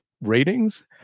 ratings